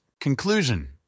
Conclusion